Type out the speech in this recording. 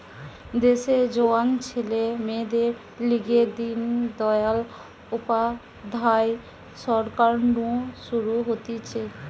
দেশের জোয়ান ছেলে মেয়েদের লিগে দিন দয়াল উপাধ্যায় সরকার নু শুরু হতিছে